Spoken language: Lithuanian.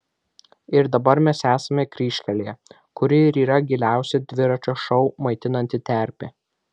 ir dabar mes esame kryžkelėje kuri ir yra giliausia dviračio šou maitinanti terpė